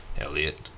Elliot